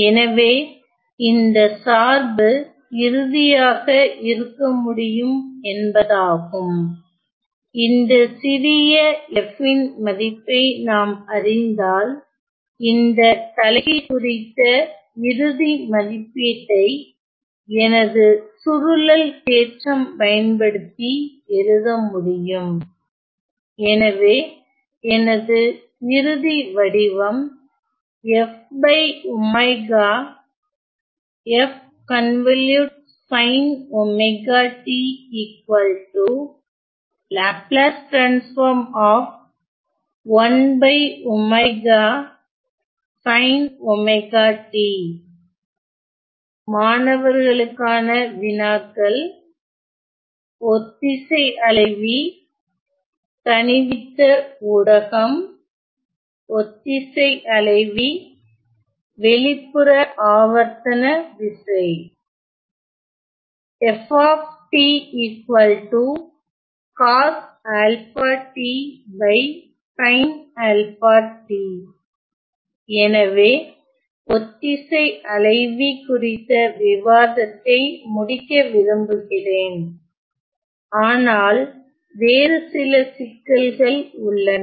எனவே இந்த சார்பு இறுதியாக இருக்க முடியும் என்பதாகும் இந்த சிறிய f ன் மதிப்பை நாம் அறிந்தால் இந்த தலைகீழ் குறித்த இறுதி மதிப்பீட்டை எனது சுருளல் தேற்றம் பயன்படுத்தி எழுத முடியும்எனவே எனது இறுதி வடிவம் மாணவர்களுக்கான வினாக்கள் ஒத்திசை அலைவி தணிவித்த ஊடகம் ஒத்திசை அலைவி வெளிப்புற ஆவர்த்தனவிசை எனவே ஒத்திசை அலைவி குறித்த விவாதத்தை முடிக்க விரும்புகிறேன் ஆனால் வேறு சில சிக்கல்கள் உள்ளன